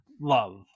love